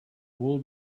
will